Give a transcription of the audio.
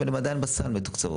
אבל הן עדיין בסל מתוקצבות,